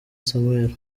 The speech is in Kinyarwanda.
samuel